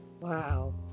Wow